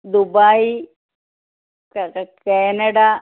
Dubai Canada